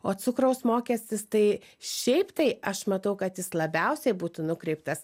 o cukraus mokestis tai šiaip tai aš matau kad jis labiausiai būtų nukreiptas